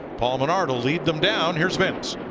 paul menard will lead them down, here is vince.